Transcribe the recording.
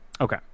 Okay